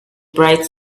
bright